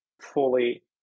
fully